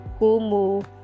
Kumu